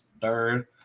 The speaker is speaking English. third